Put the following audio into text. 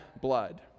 blood